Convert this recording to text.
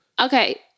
Okay